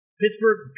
Pittsburgh